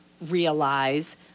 realize